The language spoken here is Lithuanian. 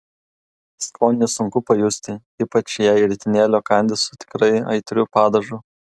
skonį sunku pajusti ypač jei ritinėlio kandi su tikrai aitriu padažu